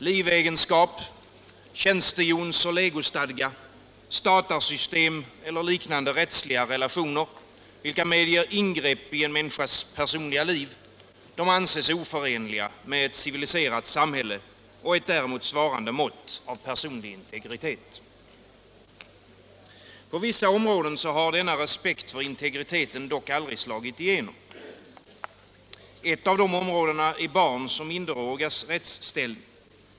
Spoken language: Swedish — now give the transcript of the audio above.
Livegenskap, tjänstehjonsoch legostadga, statarsystem eller liknande rättsliga relationer, vilka medger ingrepp i en människas personliga liv, anses oförenliga med ett civiliserat samhälle och ett däremot svarande mått av personlig integritet. På vissa områden har denna respekt för integriteten dock aldrig slagit igenom. Ett av de områdena är barns och minderårigas rättsställning.